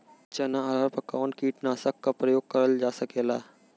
चना अरहर पर कवन कीटनाशक क प्रयोग कर जा सकेला?